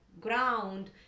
ground